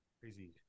crazy